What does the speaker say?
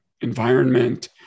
environment